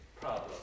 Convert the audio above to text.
problem